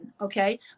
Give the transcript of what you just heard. Okay